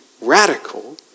radical